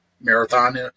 marathon